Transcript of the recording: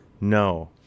no